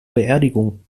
beerdigung